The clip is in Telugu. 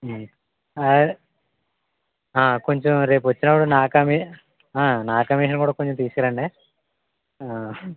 కొంచెం రేపు వచ్చినప్పుడు నా కమీ నా కమీషన్ కూడా కొంచెం తీసుకురండే